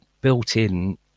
built-in